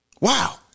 Wow